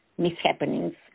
mishappenings